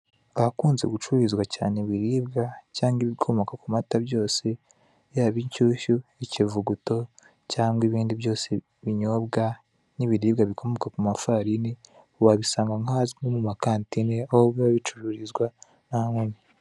Ahakunzwe gucururizwa cyane ibiribwa, cyangwa ibikomoka ku mata byose, yaba inshyushyu, ikivuguto, cyangwa ibindi byose ibinyobwa, n'ibiribwa bikomoka ku mafarini, wabisanga nk'ahazwi nko mu makantine, aho biba bicururizwa, n'ahandi.